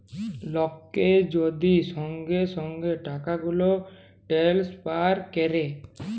লককে যদি সঙ্গে সঙ্গে টাকাগুলা টেলেসফার ক্যরে